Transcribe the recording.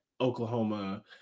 Oklahoma